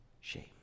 shame